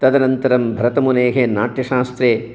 तदनन्तरं भरतमुनेः नाट्यशास्त्रे